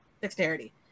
Dexterity